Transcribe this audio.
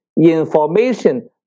information